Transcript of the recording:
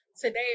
today